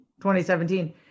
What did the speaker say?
2017